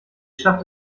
schafft